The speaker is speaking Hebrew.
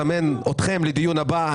ואזמן אתכם לדיון הבא,